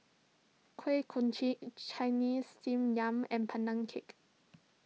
Kuih Kochi Chinese Steamed Yam and Pandan Cake